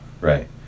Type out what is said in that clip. right